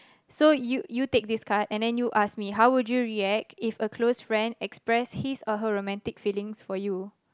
so you you take this card and then you as me how would you react if a close friend expressed his or her romantic feelings for you